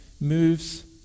moves